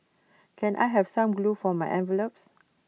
can I have some glue for my envelopes